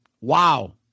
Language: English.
Wow